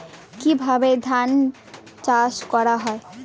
কিভাবে ধান চাষ করা হয়?